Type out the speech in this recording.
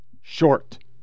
short